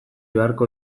beharko